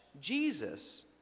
Jesus